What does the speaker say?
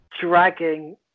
dragging